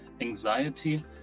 anxiety